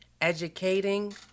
educating